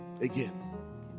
again